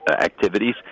activities